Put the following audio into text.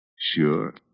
Sure